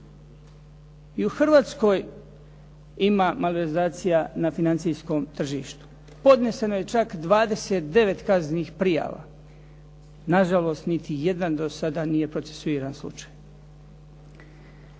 I u Hrvatskoj ima malverzacija na financijskom tržištu. Podneseno je čak 29 kaznenih prijava. Na žalost niti jedan do sada nije procesuiran slučaj.